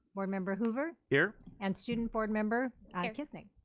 board member hoover here. and student board member kniznik.